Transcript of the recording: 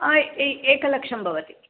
एकलक्षं भवति